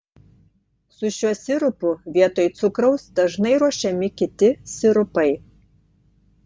su šiuo sirupu vietoj cukraus dažnai ruošiami kiti sirupai